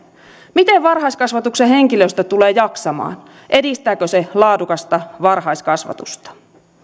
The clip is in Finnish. miten varhaiskasvatuksen henkilöstö tulee jaksamaan edistääkö se laadukasta varhaiskasvatusta